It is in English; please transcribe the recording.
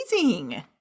amazing